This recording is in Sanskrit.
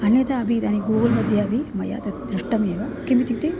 अन्यथा अपि इदानीं गूगुल् मध्ये अपि मया तत् दृष्टमेव किमित्युक्ते